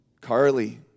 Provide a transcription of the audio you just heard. Carly